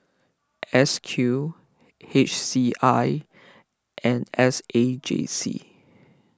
S Q H C I and S A J C